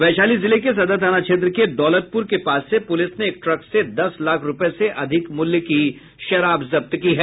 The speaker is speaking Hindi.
वैशाली जिले के सदर थाना क्षेत्र के दौलतपुर के पास से पूलिस ने एक ट्रक से दस लाख रूपये से अधिक मूल्य की शराब जब्त की है